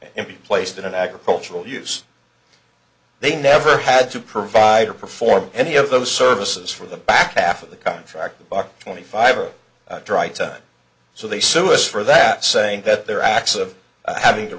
and be placed in an agricultural use they never had to provide or perform any of those services for the back half of the contract a buck twenty five or dry time so they sue us for that saying that their acts of having to